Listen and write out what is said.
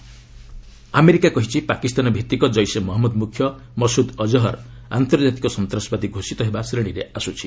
UN Masood Azhar America କହିଛି ପାକିସ୍ତାନଭିତ୍ତିକ ଜେସେ ମହମ୍ମଦ ମୁଖ୍ୟ ମସୁଦ୍ ଅଜ୍ହର୍ ଆନ୍ତର୍ଜାତିକ ସନ୍ତାସବାଦୀ ଘୋଷିତ ହେବା ଶ୍ରେଣୀରେ ଆସୁଛି